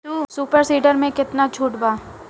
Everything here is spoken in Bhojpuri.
सुपर सीडर मै कितना छुट बा?